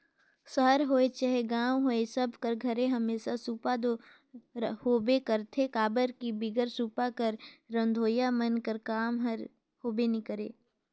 सहर होए चहे गाँव होए सब कर घरे हमेसा सूपा दो होबे करथे काबर कि बिगर सूपा कर रधोइया मन कर काम हर होबे नी करे